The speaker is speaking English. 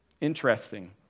Interesting